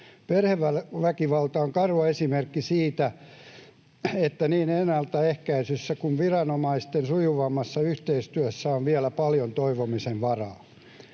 Perheväkivalta on karu esimerkki siitä, että niin ennaltaehkäisyssä kuin viranomaisten sujuvammassa yhteistyössäkin on vielä paljon toivomisen varaa.